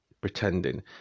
Pretending